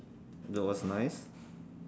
that was nice